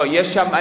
לא, יש שם.